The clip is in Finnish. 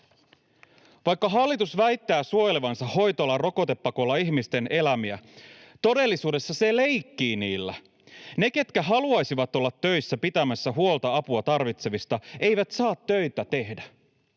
Vaikka hallitus väittää suojelevansa hoitoalan rokotepakolla ihmisten elämiä, todellisuudessa se leikkii niillä. Ne, ketkä haluaisivat olla töissä pitämässä huolta apua tarvitsevista, eivät saa töitä tehdä.